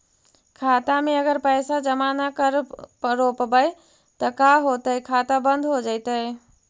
खाता मे अगर पैसा जमा न कर रोपबै त का होतै खाता बन्द हो जैतै?